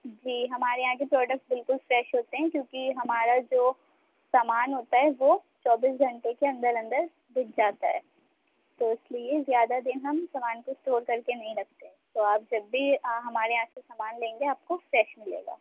جی ہمارے یہاں کے پروڈکٹ بالکل فریش ہوتے ہیں کیونکہ ہمارا جو سامان ہوتا ہے وہ چوبیس گھنٹے کے اندر اندر بک جاتا ہے تو اس لیے زیادہ دن ہم سامان کو اسٹور کر کے نہیں رکھتے تو آپ جب بھی ہمارے یہاں سے سامان لیں گے آپ کو فریش ملے گا